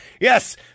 Yes